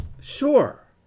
Sure